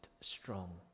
strong